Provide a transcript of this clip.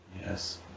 Yes